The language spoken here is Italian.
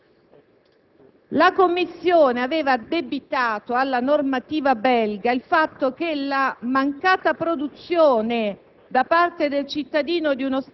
La censura che veniva posta riguardava l'ordine di lasciare il territorio che era stato notificato